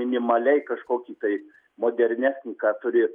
minimaliai kažkokį tai modernesnį ką turi